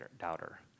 doubter